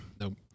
Nope